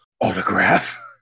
autograph